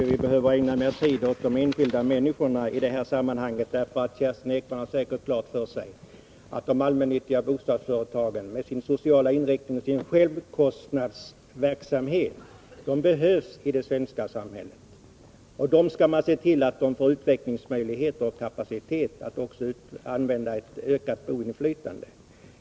Fru talman! Jag tror inte att vi i detta sammanhang behöver ägna mer tid åt de enskilda människorna. Kerstin Ekman har säkert klart för sig att de allmännyttiga bostadföretagen, med sin sociala inriktning och självkostnadsverksamhet, behövs i det svenska samhället. Man skall se till att de får utvecklingsmöjligheter och kapacitet att använda ett ökat boendeinflytande.